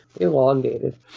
Elongated